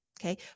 Okay